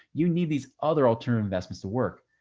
you need these other alternate investments to work,